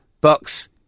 Bucks